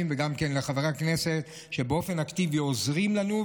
וגם לחברי הכנסת שבאופן אקטיבי עוזרים לנו,